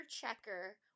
checker